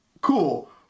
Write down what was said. Cool